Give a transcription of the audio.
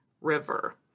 River